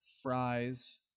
Fries